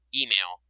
email